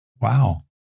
Wow